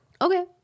Okay